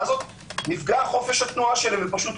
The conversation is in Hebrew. הבדיקה הזאת נפגע חופש התנועה שלהם לא